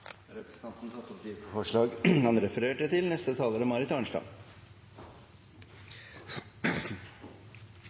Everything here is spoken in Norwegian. Representanten Steinar Reiten har tatt opp de forslagene han refererte til.